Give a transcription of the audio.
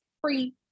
free